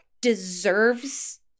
deserves